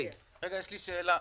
יש לי שאלה.